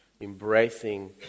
embracing